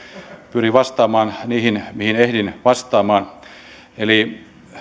pyrin vastaamaan niihin mihin ehdin vastaamaan eli